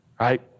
Right